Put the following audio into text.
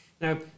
Now